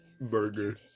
Burger